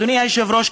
אדוני היושב-ראש,